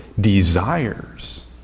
desires